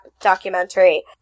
documentary